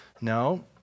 No